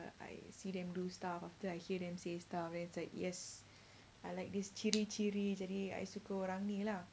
I see them do stuff after I hear them say stuff then it's like yes I like this ciri-ciri jadi I suka orang ni lah